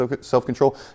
self-control